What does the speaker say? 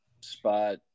spot